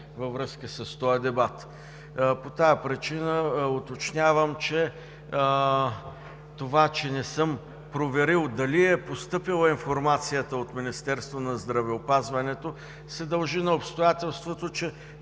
във връзка с този дебат. По тази причина уточнявам, че това, че не съм проверил дали е постъпила информацията от Министерството на здравеопазването, се дължи на обстоятелството, че